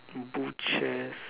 butchers